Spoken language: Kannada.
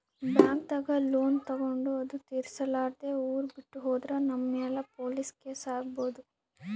ಬ್ಯಾಂಕ್ದಾಗ್ ಲೋನ್ ತಗೊಂಡ್ ಅದು ತಿರ್ಸಲಾರ್ದೆ ಊರ್ ಬಿಟ್ಟ್ ಹೋದ್ರ ನಮ್ ಮ್ಯಾಲ್ ಪೊಲೀಸ್ ಕೇಸ್ ಆಗ್ಬಹುದ್